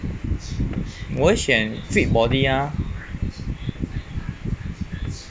我选 fit body ah